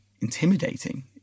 intimidating